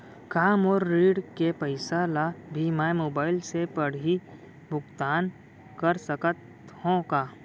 का मोर ऋण के पइसा ल भी मैं मोबाइल से पड़ही भुगतान कर सकत हो का?